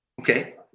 Okay